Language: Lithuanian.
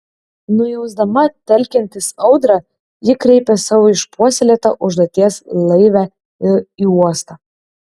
nujausdama telkiantis audrą ji kreipė savo išpuoselėtą užduoties laivę į uostą